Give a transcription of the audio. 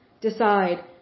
decide